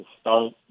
Start